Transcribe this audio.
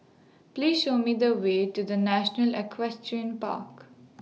Please Show Me The Way to The National Equestrian Park